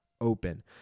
open